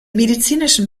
medizinischen